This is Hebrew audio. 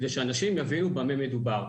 כדי שאנשים יבינו במה מדובר.